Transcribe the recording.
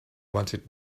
wanted